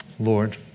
Lord